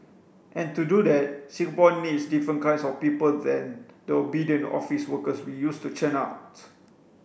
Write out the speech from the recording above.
and to do that Singapore needs different kinds of people than the obedient office workers we used to churn out